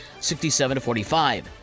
67-45